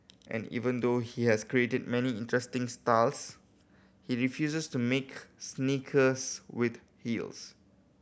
and even though he has created many interesting stars he refuses to make sneakers with heels